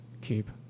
keep